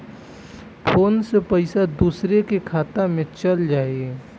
Phone से पईसा दूसरे के खाता में चल जाई?